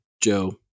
Joe